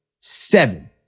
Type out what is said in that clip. Seven